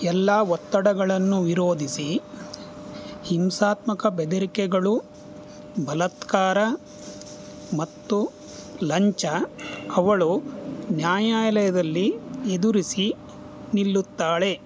ಎಲ್ಲ ಒತ್ತಡಗಳನ್ನು ವಿರೋಧಿಸಿ ಹಿಂಸಾತ್ಮಕ ಬೆದರಿಕೆಗಳು ಬಲಾತ್ಕಾರ ಮತ್ತು ಲಂಚ ಅವಳು ನ್ಯಾಯಾಲಯದಲ್ಲಿ ಎದುರಿಸಿ ನಿಲ್ಲುತ್ತಾಳೆ